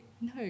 no